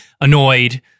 annoyed